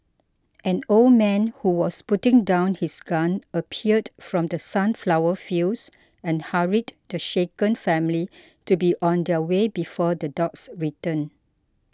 an old man who was putting down his gun appeared from the sunflower fields and hurried the shaken family to be on their way before the dogs return